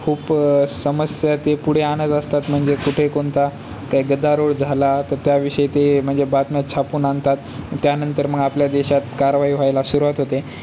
खूप समस्या ते पुढे आणत असतात म्हणजे कुठे कोणता काही गदारोळ झाला तर त्याविषयी ते म्हणजे बातम्यात छापून आणतात त्यानंतर मग आपल्या देशात कारवाई व्हायला सुरुवात होते